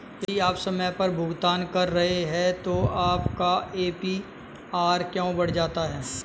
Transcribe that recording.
यदि आप समय पर भुगतान कर रहे हैं तो आपका ए.पी.आर क्यों बढ़ जाता है?